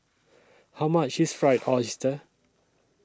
How much IS Fried Oyster